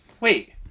Wait